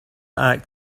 act